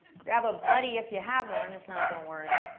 grab a buddy if you have one, if not, don't worry,